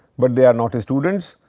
but they are not a students.